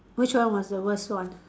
which one was the worst one